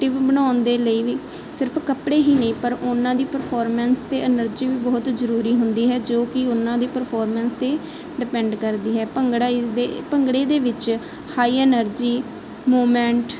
ਬਣਾਉਣ ਦੇ ਲਈ ਵੀ ਸਿਰਫ ਕੱਪੜੇ ਹੀ ਨਹੀਂ ਪਰ ਉਹਨਾਂ ਦੀ ਪਰਫੋਰਮੈਂਸ ਅਤੇ ਐਨਰਜੀ ਵੀ ਬਹੁਤ ਜ਼ਰੂਰੀ ਹੁੰਦੀ ਹੈ ਜੋ ਕਿ ਉਹਨਾਂ ਦੀ ਪਰਫੋਰਮੈਂਸ 'ਤੇ ਡਪੈਂਡ ਕਰਦੀ ਹੈ ਭੰਗੜਾ ਇਸਦੇ ਭੰਗੜੇ ਦੇ ਵਿੱਚ ਹਾਈ ਅਨਰਜੀ ਮੂਵਮੈਂਟ